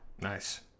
nice